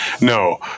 No